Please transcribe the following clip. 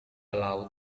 laut